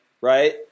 right